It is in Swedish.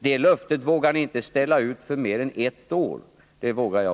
Det löftet vågar ni inte ställa ut för mer än ett år — det påstår jag.